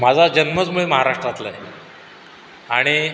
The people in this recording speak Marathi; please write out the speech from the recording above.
माझा जन्मच मुळी महाराष्ट्रातला आहे आणि